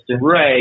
right